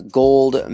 gold